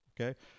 Okay